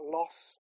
loss